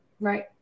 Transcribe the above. Right